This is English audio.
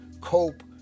cope